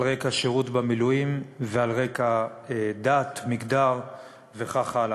על רקע שירות במילואים ועל רקע דת, מגדר וכך הלאה.